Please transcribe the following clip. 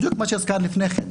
בדיוק כמו שהוזכר לפני כן.